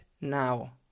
now